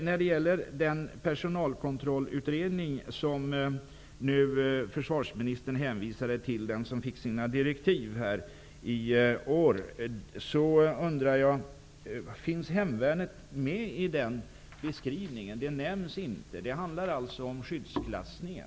När det gäller den personalkontrollutredning som försvarsministern hänvisade till, undrar jag: Finns hemvärnet med i det sammanhanget? Det nämns det ingenting om. Det handlar alltså om skyddsklassningen.